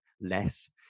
less